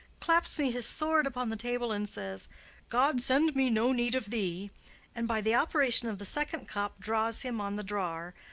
claps me his sword upon the table and says god send me no need of thee and by the operation of the second cup draws him on the drawer,